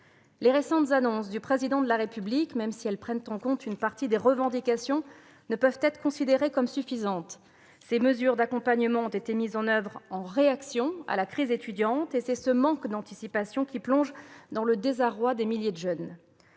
Les récentes annonces du Président de la République, même si elles prennent en compte une partie des revendications, ne peuvent pas être considérées comme suffisantes. Ces mesures d'accompagnement ont été mises en oeuvre en réaction à la crise étudiante. Et c'est ce manque d'anticipation qui plonge dans le désarroi des milliers de jeunes.